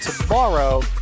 tomorrow